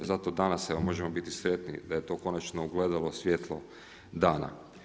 Zato danas možemo biti sretni da je to konačno ugledalo svjetlo dana.